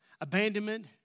abandonment